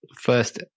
first